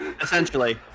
Essentially